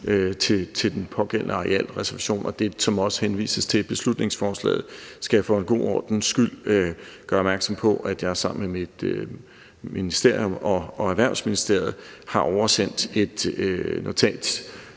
med den pågældende arealreservation og det, der også henvises til i beslutningsforslaget, skal jeg for en god ordens skyld gøre opmærksom på, at jeg sammen med mit ministerium og Erhvervsministeriet har oversendt et notat